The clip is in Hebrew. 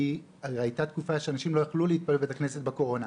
הרי היתה תקופה שאנשים לא יכלו להתפלל בבית הכנסת בקורונה,